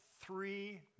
three